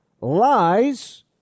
lies